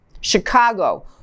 chicago